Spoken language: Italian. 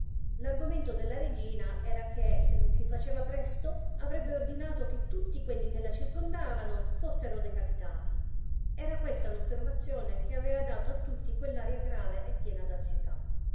l'argomento della regina era che se non si faceva presto avrebbe ordinato che tutti quelli che la circondavano fossero decapitati era questa l'osservazione che avea dato a tutti quell'aria grave e piena d'ansietà